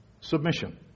submission